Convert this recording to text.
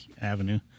Avenue